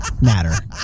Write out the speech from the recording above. matter